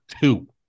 two